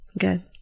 Good